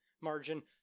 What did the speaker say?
margin